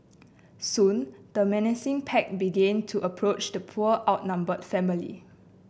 soon the menacing pack began to approach the poor outnumbered family